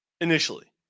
initially